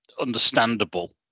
understandable